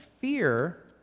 fear